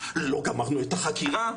לא גמרנו את החקירה'.